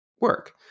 work